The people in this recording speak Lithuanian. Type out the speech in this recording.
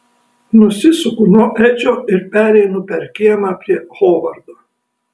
nusisuku nuo edžio ir pereinu per kiemą prie hovardo